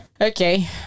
Okay